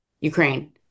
ukraine